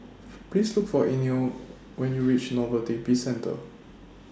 Please Look For Eino when YOU REACH Novelty Bizcentre